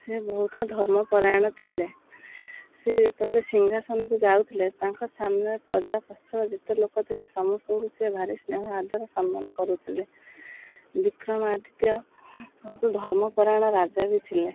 ସେ ବହୁତ ଧର୍ମପରାୟଣ ଥିଲେ ସେ ଯେତେବେଳେ ସିଂହାସନକୁ ଯାଉଥିଲେ ତାଙ୍କ ସାମନାରେ ପ୍ରଜା ବତ୍ସଳ ଯେତେ ଲୋକ ଥିଲେ ସମସ୍ତଙ୍କୁ ସିଏ ଭାରି ସ୍ନେହ ଆଦର ସମ୍ମାନ କରୁଥିଲେ ବିକ୍ରମାଦିତ୍ୟ ବହୁତ ଧର୍ମପରାୟଣ ରାଜା ବି ଥିଲେ